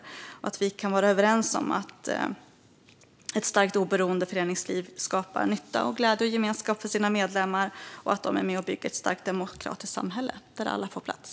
Jag tror att vi kan vara överens om att ett starkt och oberoende föreningsliv skapar nytta, glädje och gemenskap för sina medlemmar och att föreningarna är med och bygger ett starkt, demokratiskt samhälle där alla får plats.